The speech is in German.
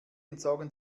entsorgen